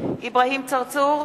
אברהים צרצור,